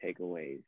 takeaways